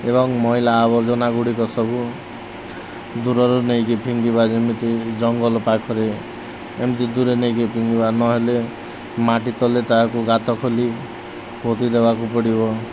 ଏବଂ ମହିଳା ଆବର୍ଜନା ଗୁଡ଼ିକ ସବୁ ଦୂରରୁ ନେଇକି ଫିଙ୍ଗିବା ଯେମିତି ଜଙ୍ଗଲ ପାଖରେ ଏମିତି ଦୂରେ ନେଇକି ଫିଙ୍ଗିବା ନହେଲେ ମାଟି ତଳେ ତାକୁ ଗାତ ଖୋଳି ପୋତି ଦେବାକୁ ପଡ଼ିବ